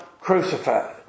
crucified